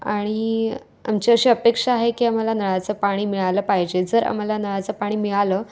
आणि आमची अशी अपेक्षा आहे की आम्हाला नळाचं पाणी मिळालं पाहिजे जर आम्हाला नळाचं पाणी मिळालं